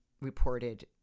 reported